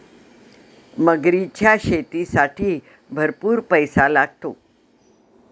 मगरीच्या शेतीसाठीही भरपूर पैसा लागतो